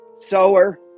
Sower